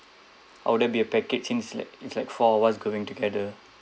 or would there be a package seems like four of us going together